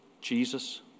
Jesus